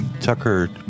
Tucker